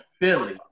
Philly